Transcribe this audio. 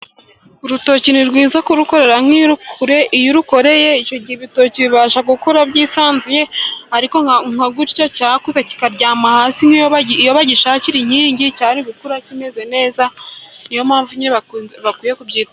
Urutoki ni rwiza kurukorera. Nk'iyo urukoreye, icyo gihe ibitoki bibasha gukura byisanzuye. Ariko nka gutya cyakuze kikaryama hasi, iyo bagishakira inkingi cyari gukura kimeze neza. Niyo mpamvu nyine bakwiye kubyitaho.